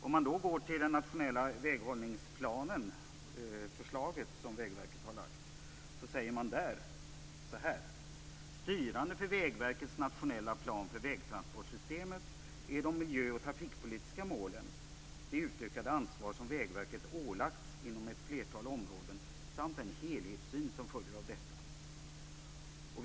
Om man går till förslaget om den nationella väghållningsplanen, som Vägverket har lagt fram, finner man att där sägs: Styrande för Vägverkets nationella plan för vägtransportsystemet är de miljö och trafikpolitiska målen, det utökade ansvar som Vägverket ålagts inom ett flertal områden samt den helhetssyn som följer av detta.